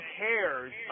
cares